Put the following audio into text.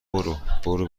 برو، برو